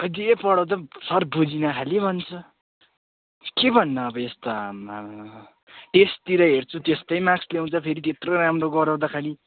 जे पढाउँदा पनि सर बुझिन खालि भन्छ के भन्नु अब यस्तो आम्माम टेस्टतिर हेर्छु त्यस्तै मार्क्स ल्याउँछ फेरि त्यत्रो राम्रो गराउँदाखेरि